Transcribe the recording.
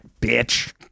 bitch